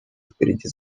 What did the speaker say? впереди